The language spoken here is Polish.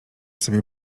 sobie